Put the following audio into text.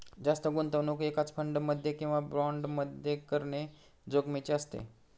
जास्त गुंतवणूक एकाच फंड मध्ये किंवा बॉण्ड मध्ये करणे जोखिमीचे असते